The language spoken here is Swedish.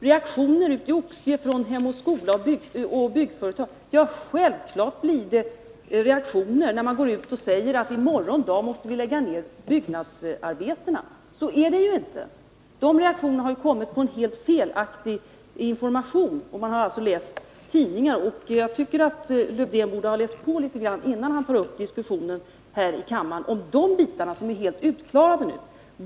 Reaktioner i Oxie från Hem och Skola-föreningen och byggföretag — självfallet blir det reaktioner när man går ut och säger att i morgon måste byggnadsarbetena läggas ned. Men så är det ju inte. Dessa reaktioner har kommit på helt felaktig information — man har läst tidningar. Jag tycker att Lars-Erik Lövdén borde ha läst på litet grand, innan han tar upp en diskussion här i kammaren om de bitar som är helt utklarade nu.